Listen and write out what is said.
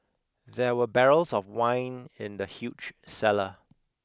there were barrels of wine in the huge cellar